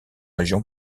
région